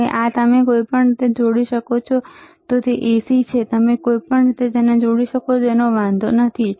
હવે આ તમે કોઈપણ રીતે જોડી શકો છો તે AC છે તમે કોઈપણ રીતે જોડી શકો છો તે વાંધો નથી